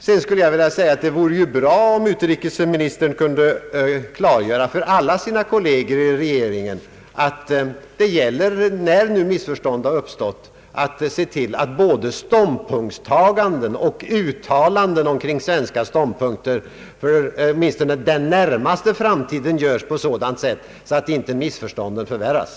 Sedan skulle jag vilja säga att det vore bra om utrikesministern kunde klargöra för alla sina kolleger i rege ringen att när missförstånd uppstått gäller det att se till att både ståndpunktstaganden och uttalanden kring svenska ståndpunkter för åtminstone den närmaste framtiden göres på ett sådant sätt att inte missförstånden förvärras.